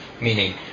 meaning